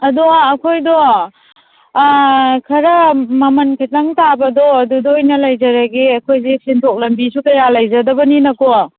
ꯑꯗꯣ ꯑꯩꯈꯣꯏꯗꯣ ꯈꯔ ꯃꯃꯟ ꯈꯤꯇꯪ ꯇꯕꯗꯣ ꯑꯗꯨꯗ ꯑꯣꯏꯅ ꯂꯩꯖꯔꯒꯦ ꯑꯩꯈꯣꯏꯁꯦ ꯁꯦꯟꯊꯣꯛ ꯂꯝꯕꯤꯁꯨ ꯀꯌꯥ ꯂꯩꯖꯗꯕꯅꯤꯅꯀꯣ